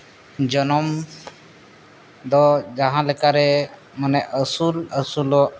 ᱡᱚᱱᱚᱢ ᱫᱚ ᱡᱟᱦᱟᱸ ᱞᱮᱠᱟᱨᱮ ᱢᱟᱱᱮ ᱟᱹᱥᱩᱞ ᱟᱹᱥᱩᱞᱚᱜ